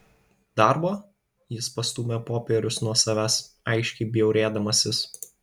darbo jis pastūmė popierius nuo savęs aiškiai bjaurėdamasis